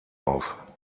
auf